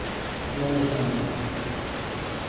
ᱞᱳᱱᱤᱧ ᱦᱟᱛᱟᱣ ᱞᱮᱫᱟ